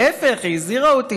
להפך, היא הזהירה אותי